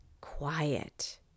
quiet